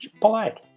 polite